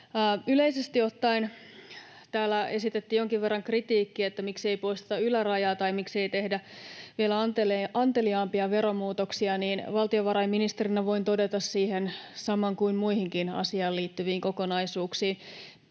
Yleisesti ottaen täällä esitettiin jonkin verran kritiikkiä siitä, miksi ei poisteta ylärajaa tai miksei tehdä vielä anteliaampia veromuutoksia. Valtiovarainministerinä voin todeta siihen saman kuin muihinkin asiaan liittyviin kokonaisuuksiin,